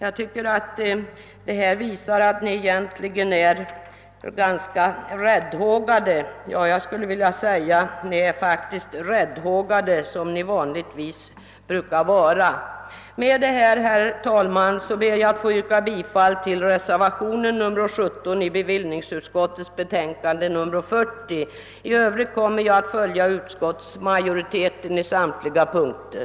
Detta visar att ni som vanligt är ganska räddhågade. Med: detta, herr talman, ber jag att få yrka bifall till reservationen 17 vid bevillningsutskottets betänkande nr 40. I övrigt kommer jag att biträda utskottets hemställan på samtliga punkter.